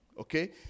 okay